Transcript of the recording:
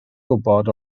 gwybod